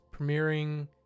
premiering